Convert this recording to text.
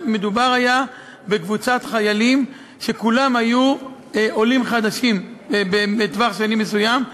מדובר היה בקבוצת חיילים שכולם היו עולים חדשים בטווח שנים מסוים.